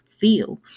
feel